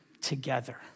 together